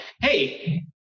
Hey